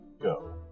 go